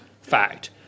fact